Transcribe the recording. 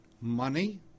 money